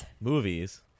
Movies